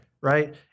Right